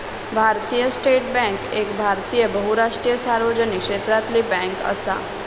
भारतीय state bank एक भारतीय बहुराष्ट्रीय सार्वजनिक क्षेत्रातली बॅन्क असा